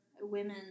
women